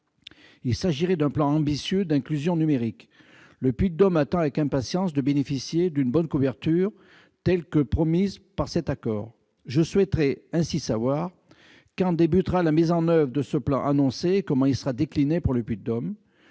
Il s'agirait d'un plan ambitieux d'inclusion numérique. Le Puy-de-Dôme attend avec impatience de bénéficier d'une bonne couverture, telle qu'elle est promise par cet accord. Je souhaiterais ainsi savoir quand débutera la mise en oeuvre de ce plan annoncé et comment il sera décliné pour le Puy-de-Dôme.